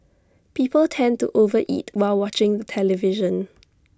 people tend to over eat while watching the television